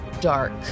dark